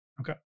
Okay